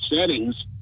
settings